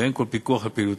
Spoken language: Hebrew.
ואין כל פיקוח על פעילותם,